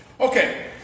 okay